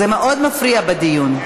זה מאוד מפריע בדיון.